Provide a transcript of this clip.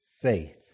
faith